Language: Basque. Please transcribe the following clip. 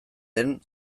den